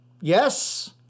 Yes